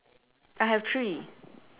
I have three